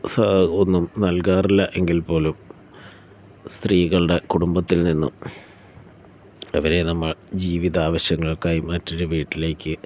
ഒന്നും നൽകാറില്ല എങ്കിൽ പോലും സ്ത്രീകളുടെ കുടുംബത്തിൽ നിന്നും അവരെ നമ്മൾ ജീവിതാവശ്യങ്ങൾക്കായി മറ്റൊരു വീട്ടിലേക്ക്